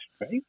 right